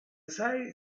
sei